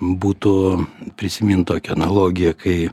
būtų prisimint tokią analogiją kai